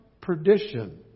perdition